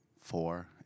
four